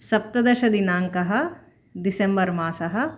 सप्तदशदिनाङ्कः डिसेम्बर् मासः